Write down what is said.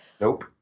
Nope